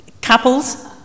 couples